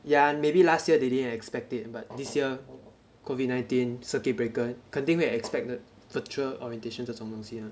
yeah maybe last year they didn't expect it but this year COVID nineteen circuit breaker 肯定会 expect 的 virtual orientation 这种东西 mah